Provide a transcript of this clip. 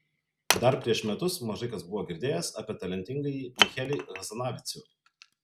dar prieš metus mažai kas buvo girdėjęs apie talentingąjį michelį hazanavicių